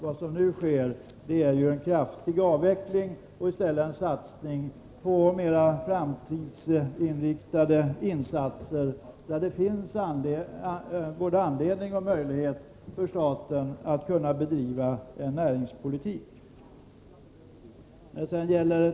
Vad som nu sker är en omfattande avveckling och en satsning på mer framtidsinriktade åtgärder där det finns både anledning och möjlighet för staten att kunna bedriva en näringspolitik.